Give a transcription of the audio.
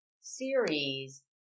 series